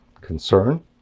concern